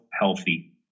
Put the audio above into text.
healthy